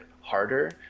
harder